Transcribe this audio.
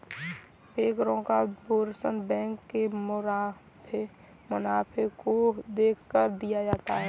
बैंकरो का bonus bank के मुनाफे को देखकर दिया जाता है